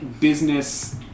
business